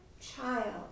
child